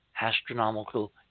astronomical